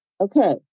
Okay